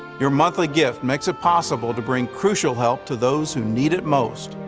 your monthly gift makes it possible to bring crucial help to those who need it most.